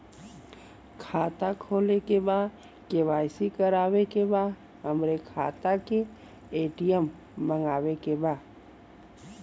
खाता खोले के बा के.वाइ.सी करावे के बा हमरे खाता के ए.टी.एम मगावे के बा?